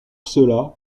cela